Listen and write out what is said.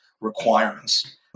requirements